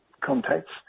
contacts